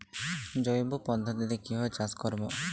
জৈব পদ্ধতিতে কিভাবে চাষ করব?